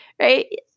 right